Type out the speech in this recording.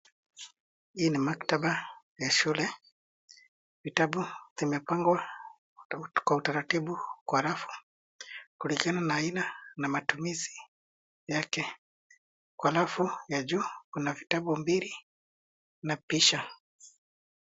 Hii ni maktaba ya shule, vitabu vimepangwa kwa utaratibu kwa rafu. Kulingana na aina na matumizi yake. Kwa rafu ya juu kuna vitabu mbili, na picha.